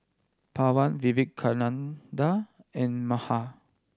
Pawan Vivekananda and Medha